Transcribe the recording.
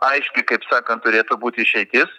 aiški kaip sakant turėtų būti išeitis